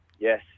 Yes